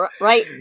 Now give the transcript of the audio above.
right